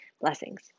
Blessings